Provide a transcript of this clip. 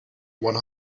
one